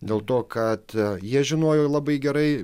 dėl to kad jie žinojo labai gerai